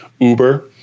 Uber